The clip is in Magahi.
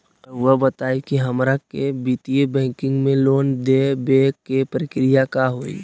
रहुआ बताएं कि हमरा के वित्तीय बैंकिंग में लोन दे बे के प्रक्रिया का होई?